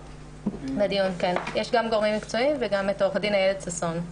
יש גם גורמים מקצועיים וגם את עו"ד אילת ששון.